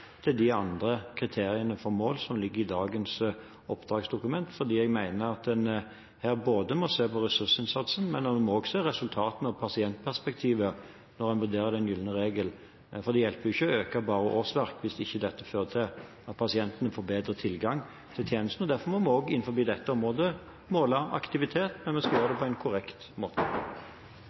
til de andre kriteriene for mål som ligger i dagens oppdragsdokument, fordi jeg mener at man her må se på ressursinnsatsen, men man må også se resultatene og pasientperspektivet når man vurderer den gylne regel. Det hjelper ikke å øke bare årsverk, hvis dette ikke fører til at pasientene får bedre tilgang til tjenestene. Derfor må vi også innenfor dette området måle aktivitet, men vi skal gjøre det på en korrekt måte.